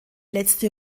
letzte